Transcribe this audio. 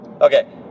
Okay